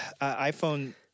iPhone